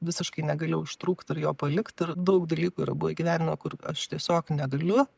visiškai negalėjau ištrūkt ir jo palikt ir daug dalykų yra buvę gyvenime kur aš tiesiog negaliu